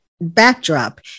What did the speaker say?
backdrop